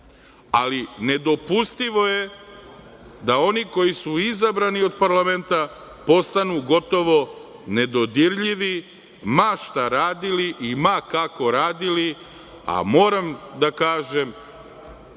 ali nedopustivo je da oni koji su izabrani od parlamenta, postanu gotovo nedodirljivi, ma šta radili i ma kako radili. Moram da kažem